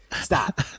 Stop